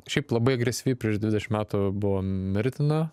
šiaip labai agresyvi prieš dvidešimt metų buvo mirtina